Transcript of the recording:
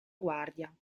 guardia